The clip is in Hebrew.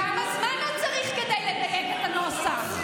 כמה זמן עוד צריך כדי לדייק את הנוסח?